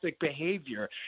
behavior